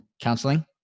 counseling